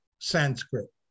Sanskrit